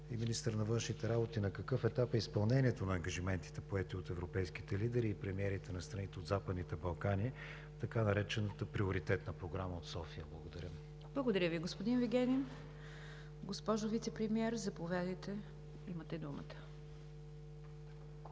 и Министър на външните работи: на какъв етап е изпълнението на ангажиментите, поети от европейските лидери и премиерите на страните от Западните Балкани на така наречената „приоритетна програма“ от София? Благодаря. ПРЕДСЕДАТЕЛ НИГЯР ДЖАФЕР: Благодаря Ви, господин Вигенин. Госпожо Вицепремиер, заповядайте – имате думата. ЗАМЕСТНИК